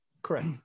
Correct